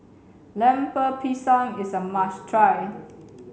Lemper Pisang is a must try